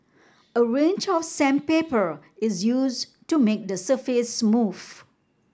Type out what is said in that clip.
a range of sandpaper is used to make the surface smooth